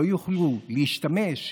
לא יוכלו להשתמש,